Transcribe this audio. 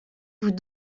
vous